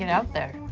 you know out there,